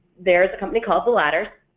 there's a company called the ladders,